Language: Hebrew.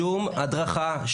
שום הדרכה,